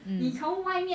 um